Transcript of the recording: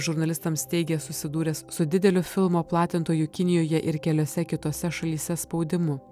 žurnalistams teigė susidūręs su dideliu filmo platintojų kinijoje ir keliose kitose šalyse spaudimu